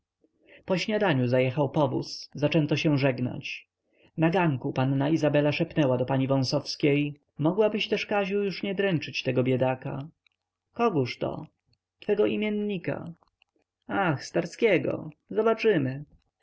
po śniadaniu zajechał powóz zaczęto się żegnać na ganku panna izabela szepnęła do pani wąsowskiej mogłabyś też kaziu już nie dręczyć tego biedaka kogóż to twego imiennika ach starskiego zobaczymy